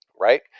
right